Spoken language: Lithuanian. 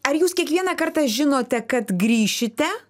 ar jūs kiekvieną kartą žinote kad grįšite